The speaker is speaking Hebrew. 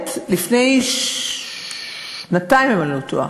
לפני שנתיים, אם אני לא טועה,